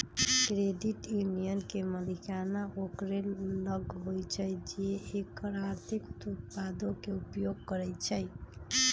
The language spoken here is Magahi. क्रेडिट यूनियन के मलिकाना ओकरे लग होइ छइ जे एकर आर्थिक उत्पादों के उपयोग करइ छइ